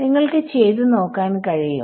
നിങ്ങൾക്ക് ചെയ്ത് നോക്കാൻ കഴിയും